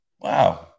Wow